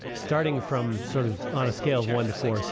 starting from sort of on a scale of one to four. so